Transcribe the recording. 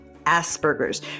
Asperger's